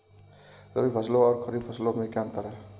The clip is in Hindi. रबी फसलों और खरीफ फसलों में क्या अंतर है?